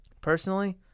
Personally